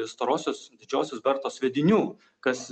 storosios didžiosios bertos sviedinių kas